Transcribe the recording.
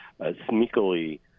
sneakily